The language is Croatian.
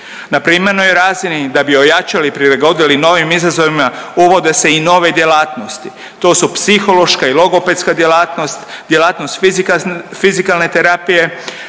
Na primarnoj razini da bi ojačali i prilagodili novim izazovima uvode se i nove djelatnosti. To su psihološka i logopedska djelatnost, djelatnost fizikalne terapije,